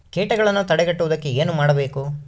ಕೇಟಗಳನ್ನು ತಡೆಗಟ್ಟುವುದಕ್ಕೆ ಏನು ಮಾಡಬೇಕು?